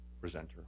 presenter